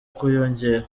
kwiyongera